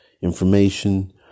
information